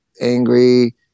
angry